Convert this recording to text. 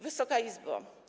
Wysoka Izbo!